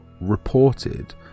reported